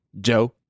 Joe